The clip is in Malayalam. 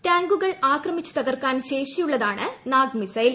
ടാങ്കുകൾ ആക്രമിച്ചു തകർക്കാൻ ശേഷിയുള്ളതാണ് നാഗ് മിസൈൽ